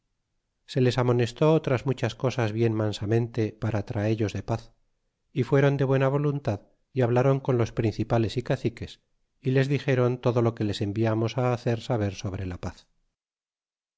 se les amonestó otras muchas cosas bien mansamente para atraellos de paz y fuéron de buena voluntad y hablaron con los principales y caciques y les dixéron todo lo que les enviamos hacer saber sobre la paz